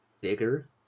bigger